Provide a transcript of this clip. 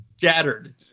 shattered